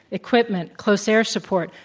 equipment, close air support,